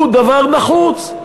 הוא דבר נחוץ,